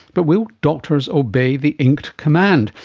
but will doctors obey the inked command?